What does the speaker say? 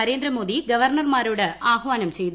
നരേന്ദ്ര മോദി ഗവർണർമാരോട് ആഹ്വാനം ചെയ്തു